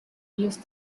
used